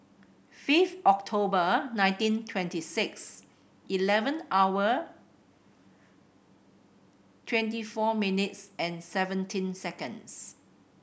fifth October nineteen twenty six eleven hour twenty four minutes and seventeen seconds